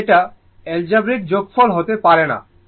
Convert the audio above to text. কিন্তু এটা অ্যালজেব্রাইক যোগফল হতে পারে না